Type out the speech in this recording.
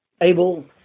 Abel